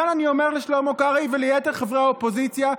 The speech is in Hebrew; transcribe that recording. ולכן אני אומר לשלמה קרעי וליתר חברי האופוזיציה,